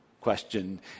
question